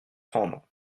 prendre